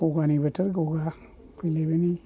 गगानि बोथोर गगा